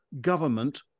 government